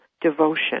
devotion